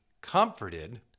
comforted